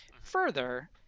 Further